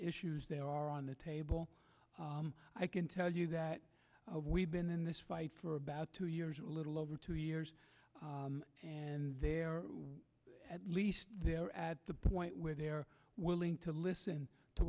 issues there are on the table i can tell you that we've been in this fight for about two years a little over two years and they're at least they're at the point where they're willing to listen to